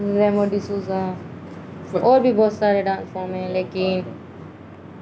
remove ڈسوزاھر اور بھی بتتا رہے ڈانس فم میں لیکن